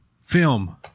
film